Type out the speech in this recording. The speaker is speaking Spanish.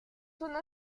una